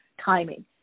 timing